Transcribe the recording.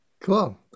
Cool